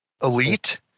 Elite